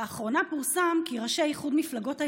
לאחרונה פורסם כי ראשי איחוד מפלגות הימין,